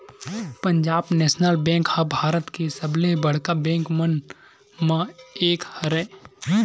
Punjab National Bank ह भारत के सबले बड़का बेंक मन म एक हरय